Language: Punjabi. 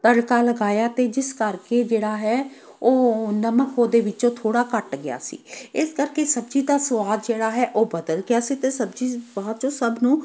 ਤੜਕਾ ਲਗਾਇਆ ਅਤੇ ਜਿਸ ਕਰਕੇ ਜਿਹੜਾ ਹੈ ਉਹ ਨਮਕ ਉਹਦੇ ਵਿੱਚੋਂ ਥੋੜ੍ਹਾ ਘੱਟ ਗਿਆ ਸੀ ਇਸ ਕਰਕੇ ਸਬਜ਼ੀ ਦਾ ਸਵਾਦ ਜਿਹੜਾ ਹੈ ਉਹ ਬਦਲ ਗਿਆ ਸੀ ਅਤੇ ਸਬਜ਼ੀ ਬਾਅਦ ਚੋਂ ਸਭ ਨੂੰ